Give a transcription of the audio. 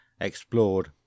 explored